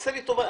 עשה לי טובה,